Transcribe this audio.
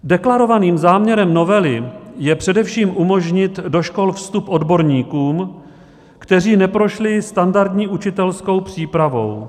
Deklarovaným záměrem novely je především umožnit do škol vstup odborníkům, kteří neprošli standardní učitelskou přípravou.